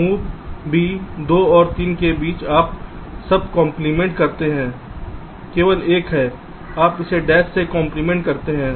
move b 2 और 3 के बीच आप सब का कंप्लीमेंट करते हैं केवल 1 है आप इसे डैश से कंप्लीमेंट करते हैं